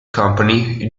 company